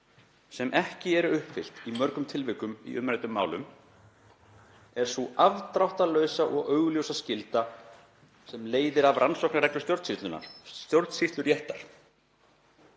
sem ekki eru uppfyllt í mörgum tilvikum í umræddum málum er sú afdráttarlausa og augljósa skylda, sem leiðir af rannsóknarreglu stjórnsýsluréttar,